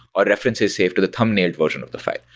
or references saved to the thumbnailed version of the file.